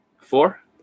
four